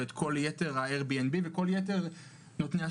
את אייר בי אנד בי ואת כל יתר נותני השירותים,